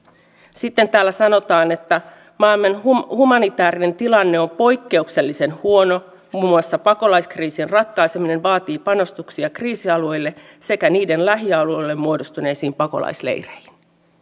sitten täällä sanotaan että maailman humanitäärinen tilanne on poikkeuksellisen huono muun muassa pakolaiskriisin ratkaiseminen vaatii panostuksia kriisialueille sekä niiden lähialueille muodostuneisiin pakolaisleireihin